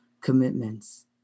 commitments